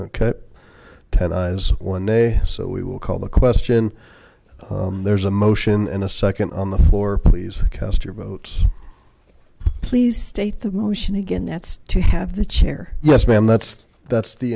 okay ten eyes one day so we will call the question there's a motion in a second on the floor please for cast your votes please state the motion again that's to have the chair yes ma'am that's that's the